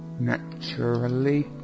naturally